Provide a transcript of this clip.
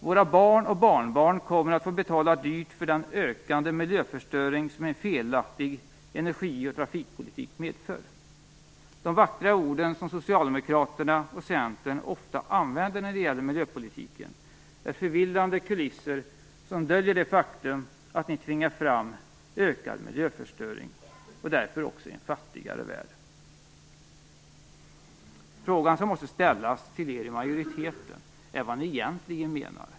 Våra barn och barnbarn kommer att få betala dyrt för den ökande miljöförstöring som en felaktig energi och trafikpolitik medför. De vackra ord som ni i Socialdemokraterna och Centern ofta använder när det gäller miljöpolitiken är förvillande kulisser, som döljer det faktum att ni tvingar fram ökad miljöförstöring och därför också en fattigare värld. Frågan som måste ställas till er i majoriteten är vad ni egentligen menar.